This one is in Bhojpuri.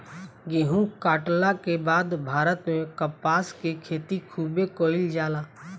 गेहुं काटला के बाद भारत में कपास के खेती खूबे कईल जाला